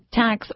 tax